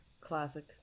Classic